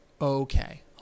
okay